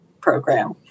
Program